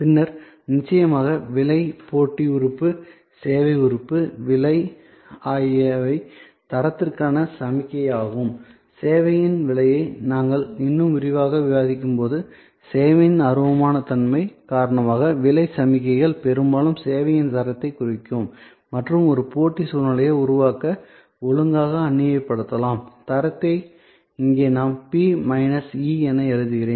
பின்னர் நிச்சயமாக விலை போட்டி உறுப்பு சேவை உறுப்பு விலை ஆகியவை தரத்திற்கான சமிக்ஞையாகும் சேவையின் விலையை நாங்கள் இன்னும் விரிவாக விவாதிக்கும்போது சேவையின் அருவமான தன்மை காரணமாக விலைச் சமிக்ஞைகள் பெரும்பாலும் சேவையின் தரத்தைக் குறிக்கும் மற்றும் ஒரு போட்டி சூழ்நிலையை உருவாக்க ஒழுங்காக அந்நியப்படுத்தலாம் தரத்தை இங்கே நான் P மைனஸ் E என்று எழுதுகிறேன்